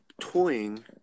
toying